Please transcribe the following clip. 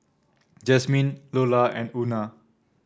Jazmyn Lola and Una